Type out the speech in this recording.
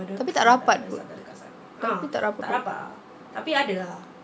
tapi tak rapat pun tak rapat